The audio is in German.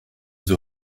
zur